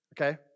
okay